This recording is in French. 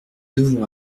devons